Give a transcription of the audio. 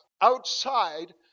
outside